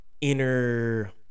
inner